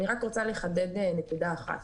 אני רוצה לחדד נקודה אחת.